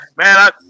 man